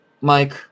Mike